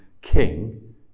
king